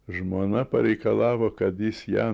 žmona pareikalavo kad jis ją